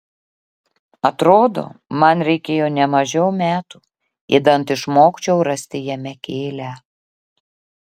atrodo man reikėjo ne mažiau metų idant išmokčiau rasti jame kėlią